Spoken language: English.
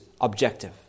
objective